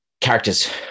characters